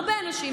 הרבה אנשים,